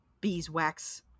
beeswax